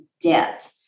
debt